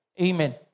Amen